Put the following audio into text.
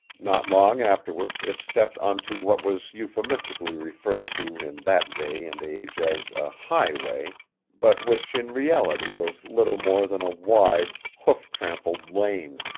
not long afterward it stepped onto what was euphemistically referred to in that day and age as a highway but which in reality was little more than a wide, hoof-trampled lane.